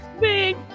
big